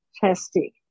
fantastic